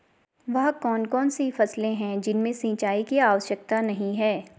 वह कौन कौन सी फसलें हैं जिनमें सिंचाई की आवश्यकता नहीं है?